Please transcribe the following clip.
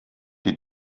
die